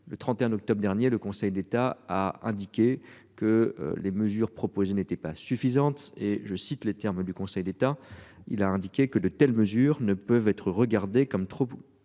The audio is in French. le 31 octobre dernier le Conseil d'État a indiqué que les mesures proposées n'étaient pas suffisantes et je cite les termes du Conseil d'État. Il a indiqué que de telles mesures ne peuvent être regardées comme trop